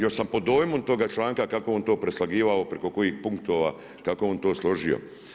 Još sam pod dojmom toga članka, kako on to preslagiva, preko kojih punktova, kako je on to složio.